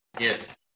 Yes